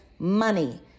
Money